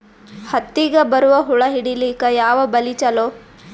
ಹತ್ತಿಗ ಬರುವ ಹುಳ ಹಿಡೀಲಿಕ ಯಾವ ಬಲಿ ಚಲೋ?